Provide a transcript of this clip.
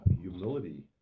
humility